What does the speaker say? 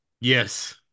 Yes